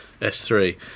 S3